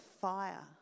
fire